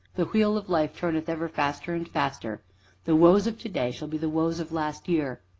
the wheel of life turneth ever faster and faster the woes of to-day shall be the woes of last year,